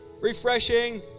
Refreshing